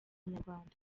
nyarwanda